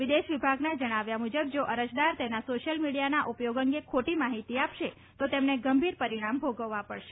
વિદેશ વિભાગની જણાવ્યા મુજબ જો અરજદાર તેના સોશિયલ મીડિયાના ઉપયોગ અંગે ખોટી માહિતી આપશે તો તેમને ગંભીર પરિણામ ભોગવો પડશે